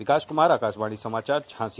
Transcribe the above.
विकास कुमार आकाशवाणी समाचार झांसी